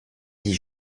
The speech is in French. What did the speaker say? dix